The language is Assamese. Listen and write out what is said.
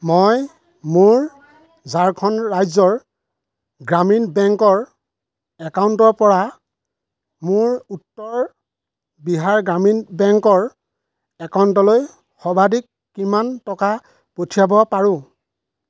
মই মোৰ ঝাৰখণ্ড ৰাজ্য গ্ৰামীণ বেংকৰ একাউণ্টৰ পৰা মোৰ উত্তৰ বিহাৰ গ্ৰামীণ বেংকৰ একাউণ্টলৈ সৰ্বাধিক কিমান টকা পঠিয়াব পাৰোঁ